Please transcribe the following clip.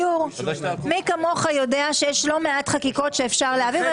מי כמוך יודע שיש לא מעט חקיקות שאפשר להעביר.